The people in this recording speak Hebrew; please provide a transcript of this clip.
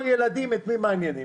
כמו ילדים את מי זה מעניין?